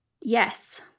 Yes